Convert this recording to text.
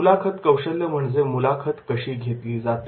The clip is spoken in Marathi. मुलाखत कौशल्य म्हणजे मुलाखत कशी घेतली जाते